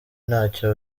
ntacyo